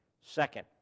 Second